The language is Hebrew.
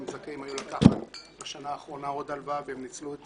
הם היו זכאים לקחת בשנה האחרונה עוד הלוואה והם ניצלו את